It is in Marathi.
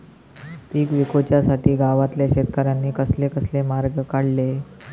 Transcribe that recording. पीक विकुच्यासाठी गावातल्या शेतकऱ्यांनी कसले कसले मार्ग काढले?